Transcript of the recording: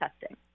testing